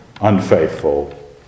unfaithful